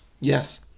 yes